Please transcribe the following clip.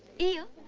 you.